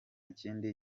kindi